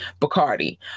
Bacardi